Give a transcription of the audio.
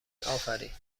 افرین